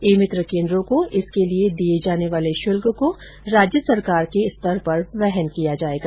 ई मित्र केन्द्रों को इसके लिये दिये जाने वाले शुल्क को राज्य सरकार के स्तर पर वहन किया जायेगा